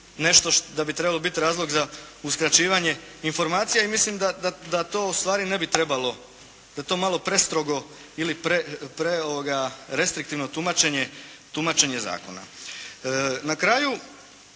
nešto, da bi trebalo biti razlog za uskraćivanje informacija i mislim da to ustvari ne bi trebalo, da to malo prestrogo ili prerestriktivno tumačenje zakona. Na kraju